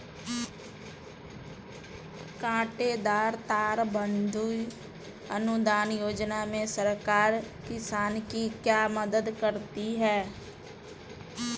कांटेदार तार बंदी अनुदान योजना में सरकार किसान की क्या मदद करती है?